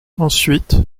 ensuite